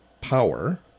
power